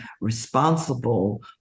responsible